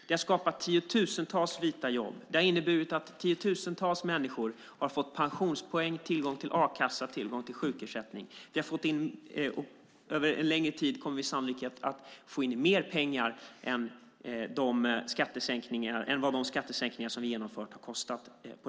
Det har skapat tiotusentals vita jobb. Det har inneburit att tiotusentals människor har fått pensionspoäng, tillgång till a-kassa och tillgång till sjukersättning. Över en längre tid kommer vi sannolikt att få in mer pengar på detta än vad de skattesänkningar som vi har genomfört har kostat.